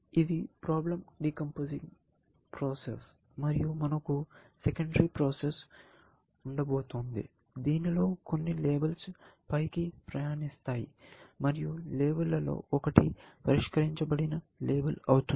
కాబట్టి ఇది problem decomposing process మరియు మనకు సెకండరీ ప్రాసెస్ ఉండబోతోంది దీనిలో కొన్ని లేబుల్స్ పైకి ప్రయాణిస్తాయి మరియు లేబుళ్ళలో ఒకటి "పరిష్కరించబడిన" లేబుల్ అవుతుంది